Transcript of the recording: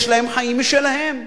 יש להם חיים משלהם.